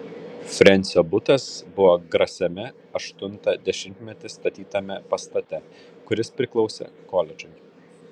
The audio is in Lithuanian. frensio butas buvo grasiame aštuntą dešimtmetį statytame pastate kuris priklausė koledžui